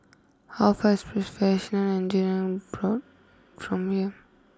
how far is Professional Engineer Broad from here